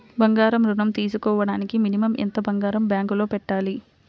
బంగారం ఋణం తీసుకోవడానికి మినిమం ఎంత బంగారం బ్యాంకులో పెట్టాలి?